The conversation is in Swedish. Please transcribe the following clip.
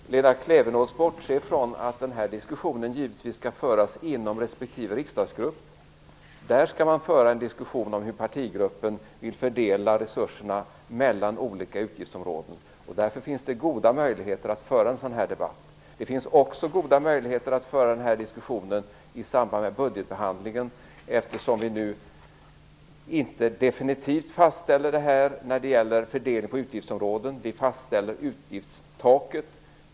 Fru talman! Lena Klevenås bortser från att denna diskussion givetvis skall föras inom respektive riksdagsgrupp. Där skall man föra en diskussion om hur partigruppen vill fördela resurserna mellan olika utgiftsområden. Därför finns det goda möjligheter att föra en sådan debatt. Det finns också goda möjligheter att föra den diskussionen i samband med budgetbehandlingen, eftersom vi nu inte definitivt fastställer budgeten när det gäller fördelning på utgiftsområden. Vi fastställer utgiftstaket.